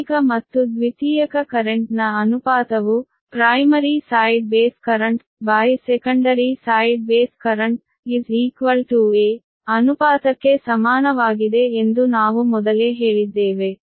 ಪ್ರಾಥಮಿಕ ಮತ್ತು ದ್ವಿತೀಯಕ ಪ್ರವಾಹದ ಅನುಪಾತವು primary side base currentsecondary side base current'a' ಅನುಪಾತಕ್ಕೆ ಸಮಾನವಾಗಿದೆ ಎಂದು ನಾವು ಮೊದಲೇ ಹೇಳಿದ್ದೇವೆ